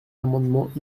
amendements